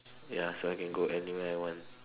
ya so I can go anywhere I want